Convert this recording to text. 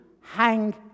hang